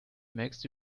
makes